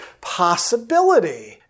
possibility